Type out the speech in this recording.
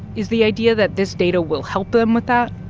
is the idea that this data will help them with that?